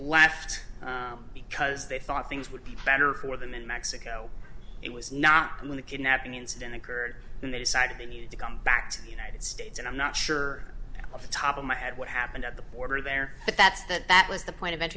left because they thought things would be better for them in mexico it was not in the kidnapping incident occurred and they decided they needed to come back to the united states and i'm not sure of the top of my head what happened at the border there but that's that that was the point